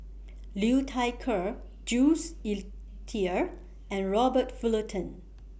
Liu Thai Ker Jules Itier and Robert Fullerton